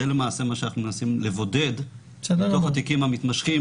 זה למעשה מה שאנחנו מנסים לבודד מתוך התיקים המתמשכים